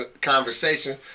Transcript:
conversation